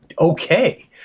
okay